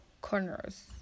corners